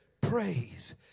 praise